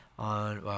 on